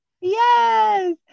Yes